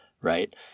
Right